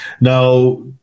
Now